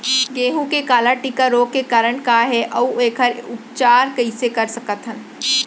गेहूँ के काला टिक रोग के कारण का हे अऊ एखर उपचार कइसे कर सकत हन?